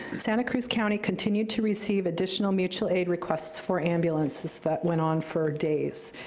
santa cruz county continued to receive additional mutual aid requests for ambulances that went on for days.